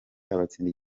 abatsinda